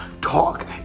Talk